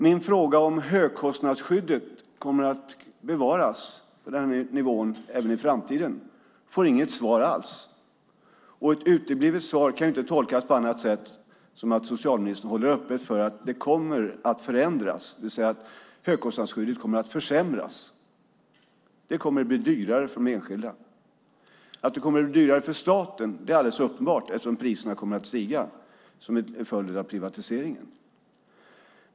Min fråga om huruvida nivån i högkostnadsskyddet kommer att bevaras även i framtiden får inget svar alls, och ett uteblivet svar kan inte tolkas på annat sätt än att socialministern håller öppet för att det kommer att förändras. Högkostnadsskyddet kommer alltså att försämras. Det kommer att bli dyrare för enskilda människor. Att det kommer att bli dyrare för staten är alldeles uppenbart, eftersom priserna kommer att stiga som en följd av privatiseringen.